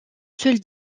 seule